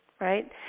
right